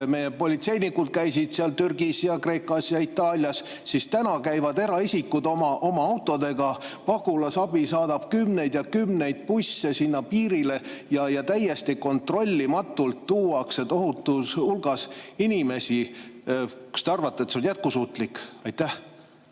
meie politseinikud käisid Türgis, Kreekas ja Itaalias, siis täna käivad eraisikud oma autodega. Pagulasabi saadab kümneid ja kümneid busse sinna piirile ja täiesti kontrollimatult tuuakse tohutul hulgal inimesi. Kas te arvate, et see on jätkusuutlik? Aitäh,